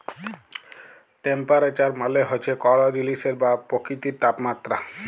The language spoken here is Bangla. টেম্পারেচার মালে হছে কল জিলিসের বা পকিতির তাপমাত্রা